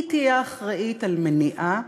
היא תהיה אחראית על מניעה,